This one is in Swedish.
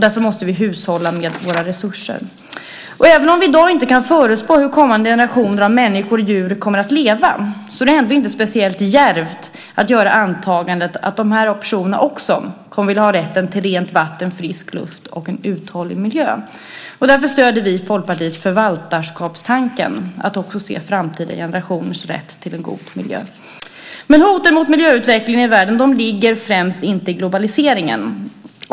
Därför måste vi hushålla med våra resurser. Och även om vi i dag inte kan förutspå hur kommande generationer av människor och djur kommer att leva är det inte speciellt djärvt att göra antagandet att dessa också kommer att vilja ha rätten till rent vatten, frisk luft och en uthållig miljö. Därför stöder vi i Folkpartiet förvaltarskapstanken, att man också ska se framtida generationers rätt till en god miljö. Hoten mot miljöutvecklingen i världen ligger inte främst i globaliseringen.